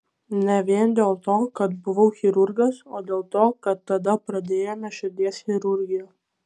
ne vien dėl to kad buvau chirurgas o dėl to kad tada pradėjome širdies chirurgiją